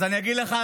דב, אז אני אגיד לך,